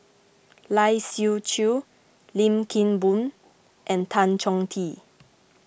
Lai Siu Chiu Lim Kim Boon and Tan Chong Tee